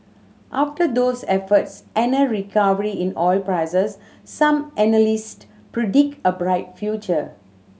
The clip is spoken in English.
after those efforts and a recovery in oil prices some analyst predict a bright future